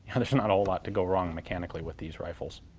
and there's not a lot to go wrong mechanically with these rifles